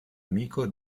amico